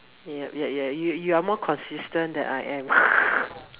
yup yup ya ya you are more consistent than I am